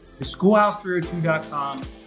theschoolhouse302.com